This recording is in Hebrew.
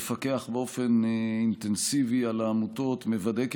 מפקח באופן אינטנסיבי על העמותות ומוודא כי